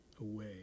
away